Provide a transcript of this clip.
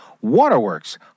Waterworks